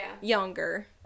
younger